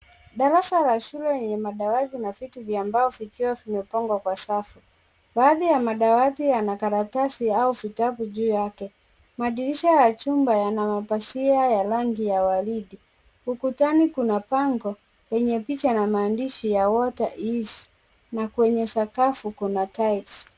Darasa la shule lenye madawati na viti vya mbao vikiwa vimepangwa kwa safu. badhii ya madawati yana karatasi au vitabu juu yake. Madirisha ya chumba yana mapazia ya rangi ya waridi. Ukutani kuna bango lenye picha na maandishi ya water is na kwenye sakafu kuna tiles .